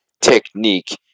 technique